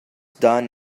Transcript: done